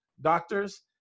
doctors